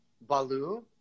Baloo